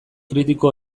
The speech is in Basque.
kritiko